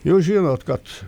jūs žinot kad